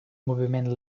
moviment